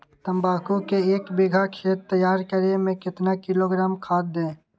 तम्बाकू के एक बीघा खेत तैयार करें मे कितना किलोग्राम खाद दे?